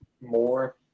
more